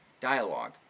dialogue